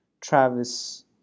Travis